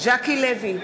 ז'קי לוי,